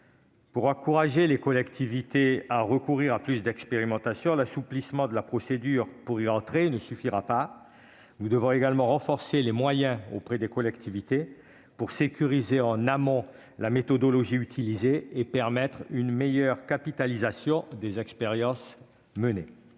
Pour encourager les collectivités à recourir davantage à l'expérimentation, l'assouplissement de la procédure permettant d'y participer ne suffira pas ; nous devons également accroître les moyens des collectivités afin de sécuriser, en amont, la méthodologie utilisée et de permettre une meilleure capitalisation des expériences menées.